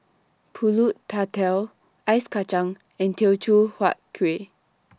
Pulut Tatal Ice Kachang and Teochew Huat Kuih